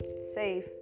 safe